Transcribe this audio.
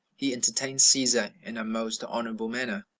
he entertained caesar in a most honorable manner.